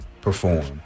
perform